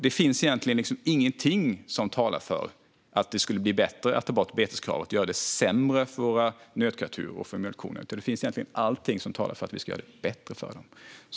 Det finns egentligen ingenting som talar för att det skulle bli bättre av att ta bort beteskravet och göra det sämre för våra nötkreatur och mjölkkor. Allting talar för att beteskravet gör det bättre för dem.